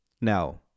now